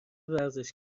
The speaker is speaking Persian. ورزش